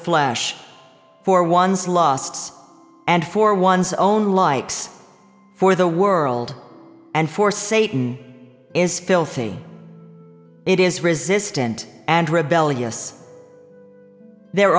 flesh for one's lost and for one's own likes for the world and for satan is filthy it is resistant and rebellious there